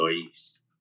employees